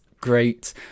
great